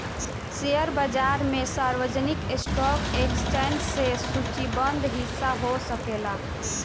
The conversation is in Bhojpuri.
शेयर बाजार में सार्वजनिक स्टॉक एक्सचेंज में सूचीबद्ध हिस्सा हो सकेला